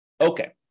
Okay